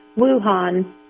Wuhan